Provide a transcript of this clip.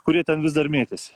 kurie ten vis dar mėtėsi